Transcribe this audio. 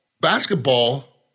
basketball